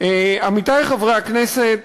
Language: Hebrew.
עמיתי חברי הכנסת,